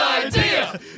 idea